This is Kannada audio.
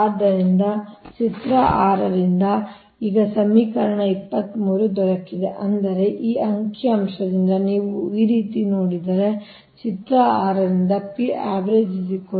ಆದ್ದರಿಂದ ಚಿತ್ರ 6 ರಿಂದ ಈಗ ಸಮೀಕರಣ 23 ದೊರಕಿದೆ ಅಂದರೆ ಈ ಅಂಕಿ ಅಂಶದಿಂದ ನೀವು ಈ ರೀತಿ ನೋಡಿದರೆ ಚಿತ್ರ 6 ರಿಂದ ಸಿಗುತ್ತದೆ